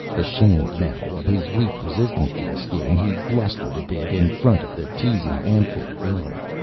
ashamed now of his weak resistance to the skin, he blustered a bit in front of the teasing amphib girl.